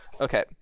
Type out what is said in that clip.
Okay